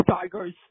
Tigers